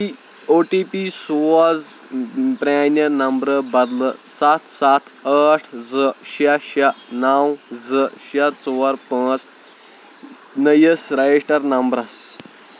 او T P سوز پرٛانہِ نمبرٕ بدلہٕ سَتھ سَتھ ٲٹھ زٕ شیٚے شیٚے نو زٕ شیٚے ژور پانٛژھ نٔیِس ریجسٹرڈ نمبرَس